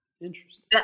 Interesting